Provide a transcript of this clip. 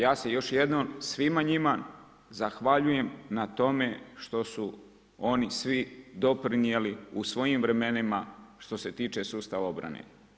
Ja se još jednom, svima njima zahvaljujem na tome što su oni svi doprinijeli u svojim vremenima, što se tiče sustava obrane.